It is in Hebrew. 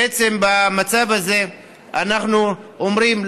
למצב הזה אנחנו אומרים: